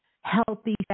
healthy